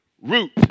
root